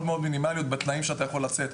מינימליות לגבי התנאים שהוא יכול לצאת.